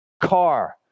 car